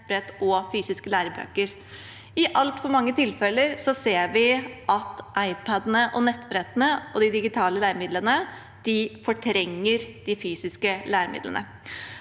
nettbrett og fysiske lærebøker. I altfor mange tilfeller ser vi at iPad, nettbrett og digitale læremidler fortrenger de fysiske læremidlene.